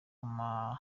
umwambaro